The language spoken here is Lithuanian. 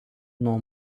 nuo